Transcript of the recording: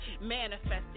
manifested